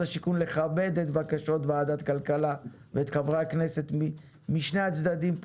השיכון לכבד את בקשות ועדת כלכלה ואת חברי הכנסת משני הצדדים,